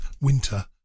winter